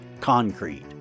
concrete